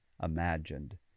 imagined